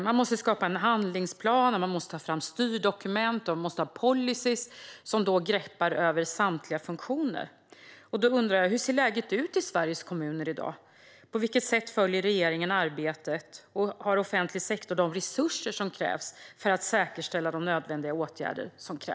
Man måste skapa en handlingsplan, man måste ta fram styrdokument och man måste ha policyer som greppar över samtliga funktioner. Då undrar jag: Hur ser läget ut i Sveriges kommuner i dag? På vilket sätt följer regeringen arbetet, och har offentlig sektor de resurser som krävs för att säkerställa de nödvändiga åtgärderna?